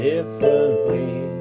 Differently